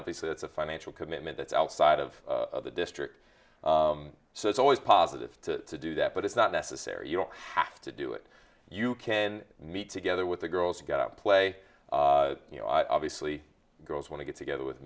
obviously it's a financial commitment that's outside of the district so it's always positive to do that but it's not necessary you don't have to do it you can meet together with the girls gotta play you know i obviously girls want to get together with